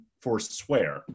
forswear